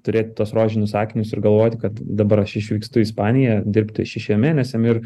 turėt tuos rožinius akinius ir galvoti kad dabar aš išvykstu į ispaniją dirbti šešiem mėnesiam ir